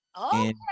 Okay